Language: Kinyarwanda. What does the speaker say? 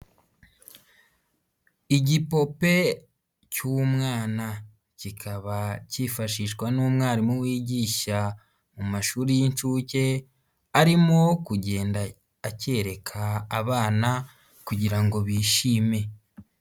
Igipope cy'umwana kikaba cyifashishwa n'umwarimu wigisha mu mashuri y'inshuke, arimo kugenda akereka abana kugira ngo bishime.